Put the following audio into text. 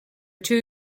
two